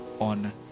on